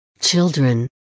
children